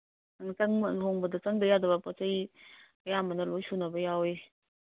ꯂꯨꯍꯣꯡꯕꯗ ꯆꯪꯗ ꯌꯥꯗꯕ ꯄꯣꯠ ꯆꯩ ꯑꯌꯥꯝꯕꯅ ꯂꯣꯏ ꯁꯨꯅꯕ ꯌꯥꯎꯋꯤ